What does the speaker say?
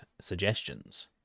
suggestions